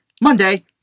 Monday